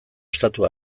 estatu